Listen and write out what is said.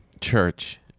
church